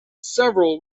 several